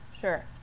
Sure